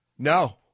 no